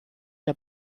der